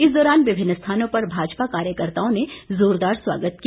इस दौरान विभिन्न स्थानों पर भाजपा कार्यकर्त्ताओं ने जोरदार स्वागत किया